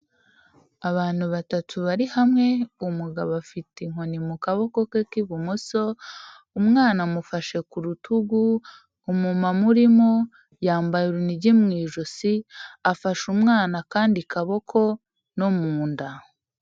Abantu batatu bari hamwe, umugabo afite inkoni mu kaboko ke k'ibumoso, umwana amufashe ku rutugu, umumama urimo yambaye urunigi mu ijosi, afashe umwana akandi kaboko no mu nda.